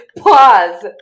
pause